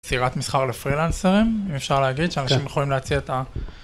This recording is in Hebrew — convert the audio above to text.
סירת מסחר לפרילנסרים אפשר להגיד, כן, שאנשים יכולים להציע את.